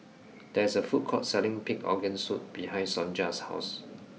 there is a food court selling pig organ soup behind Sonja's house